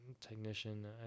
technician